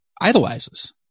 idolizes